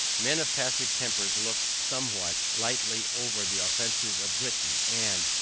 men of passive tempers look somewhat lightly over the offences of britain, and,